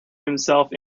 himself